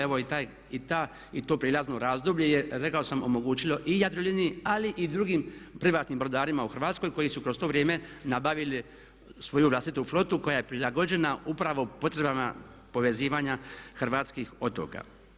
Evo i ta, to prijelazno razdoblje je rekao sam omogućilo i Jadroliniji, ali i drugim privatnim brodarima u Hrvatskoj koji su kroz to vrijeme nabavili svoju vlastitu flotu koja je prilagođena upravo potrebama povezivanja hrvatskih otoka.